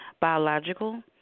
biological